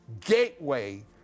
Gateway